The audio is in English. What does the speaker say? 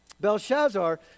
Belshazzar